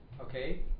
okay